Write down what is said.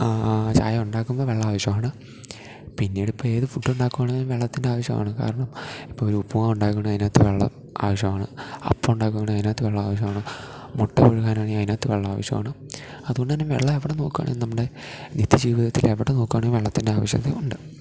ചായ ഉണ്ടാക്കുമ്പോൾ വെള്ളം ആവശ്യമാണ് പിന്നീടിപ്പോൾ ഏത് ഫുഡ് ഉണ്ടാക്കുവാണെങ്കിലും വെള്ളത്തിൻ്റെ ആവശ്യമാണ് കാരണം ഇപ്പം ഒരു ഉപ്പ് മാവ് ഉണ്ടാക്കാണെങ്കിൽ അതിനകത്ത് വെള്ളം ആവശ്യമാണ് അപ്പം ഉണ്ടാക്കാണെങ്കിൽ അതിനകത്ത് വെള്ളം ആവശ്യമാണ് മുട്ട പുഴുങ്ങാനാണെങ്കിൽ അതിനകത്ത് വെള്ളം ആവശ്യമാണ് അതുകൊണ്ട് തന്നെ വെള്ളം എവിടെ നോക്കാണെ നമ്മുടെ നിത്യജീവിതത്തിൽ എവിടെ നോക്കുവാണെ വെള്ളത്തിൻ്റെ ആവശ്യകത ഉണ്ട്